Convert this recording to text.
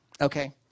Okay